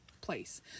place